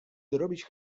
dorobić